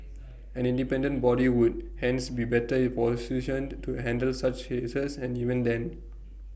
an independent body would hence be better positioned to handle such cases and even then